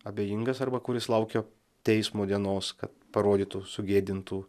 abejingas arba kuris laukia teismo dienos kad parodytų sugėdintų